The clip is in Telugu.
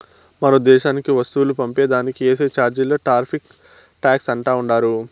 మరో దేశానికి వస్తువులు పంపే దానికి ఏసే చార్జీలే టార్రిఫ్ టాక్స్ అంటా ఉండారు